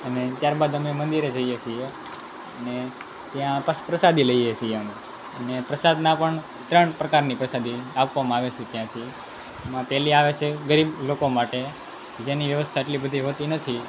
અને ત્યારબાદ અમે મંદિરે જઈએ છીએ અને ત્યાં પ્રસાદી લઈએ છીએ અને પ્રસાદના પણ ત્રણ પ્રકારની પ્રસાદી આપવામાં આવે છે ત્યાંથી એમાં પહેલી આવે છે ગરીબ લોકો માટે જેની વ્યવસ્થા એટલી બધી હોતી નથી